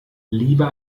lieber